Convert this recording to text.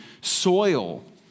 soil